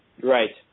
Right